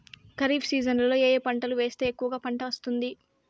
ఖరీఫ్ సీజన్లలో ఏ ఏ పంటలు వేస్తే ఎక్కువగా పంట వస్తుంది?